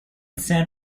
san